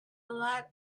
lot